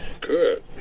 Good